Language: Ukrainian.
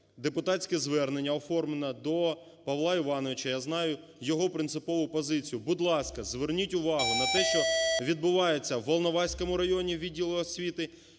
депутатське звернення оформлене до Павла Івановича. Я знаю його принципову позицію. Будь ласка, зверніть увагу на те, що відбувається у Волноваському районі відділу освіти